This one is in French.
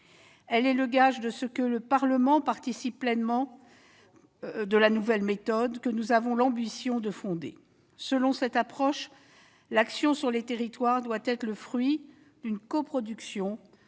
Elle est le gage de la pleine participation du Parlement à la mise en oeuvre de la nouvelle méthode que nous avons l'ambition de fonder. Selon cette approche, l'action sur les territoires doit être le fruit d'une coproduction